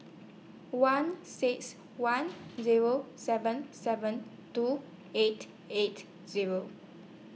one six one Zero seven seven two eight eight Zero